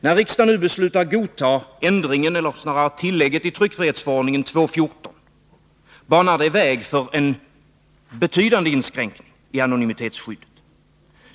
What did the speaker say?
När riksdagen nu beslutar godta ändringen — eller snarare tillägget — i tryckfrihetsförordningen 2:14, banar det väg för en betydande inskränkning i anonymitetsskyddet.